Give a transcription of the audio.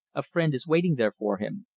a friend is waiting there for him,